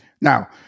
Now